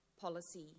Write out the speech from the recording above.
policy